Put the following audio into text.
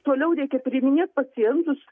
toliau reikia priiminėt pacientus